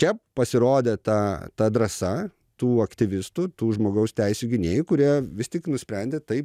čia pasirodė ta ta drąsa tų aktyvistų tų žmogaus teisių gynėjų kurie vis tik nusprendė taip